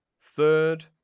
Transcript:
Third